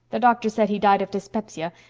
the doctor said he died of dyspepsia,